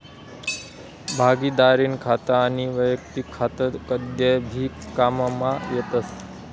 भागिदारीनं खातं आनी वैयक्तिक खातं कदय भी काममा येतस